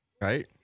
Right